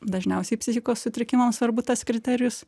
dažniausiai psichikos sutrikimams svarbu tas kriterijus